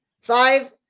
five